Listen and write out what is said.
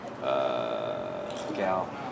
Gal